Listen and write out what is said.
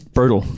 Brutal